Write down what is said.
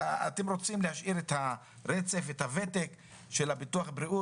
אתם רוצים להשאיר את הרצף של ביטוח הבריאות